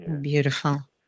Beautiful